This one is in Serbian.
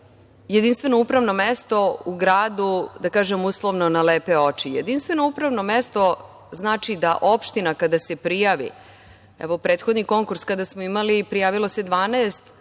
jedinstveno upravno mesto u gradu, da kažem uslovno, na lepe oči. Jedinstveno upravno mesto znači da opština kada se prijavi… Evo, prethodni konkurs kada smo imali prijavilo se 12